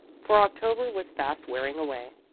for october was fast wearing away.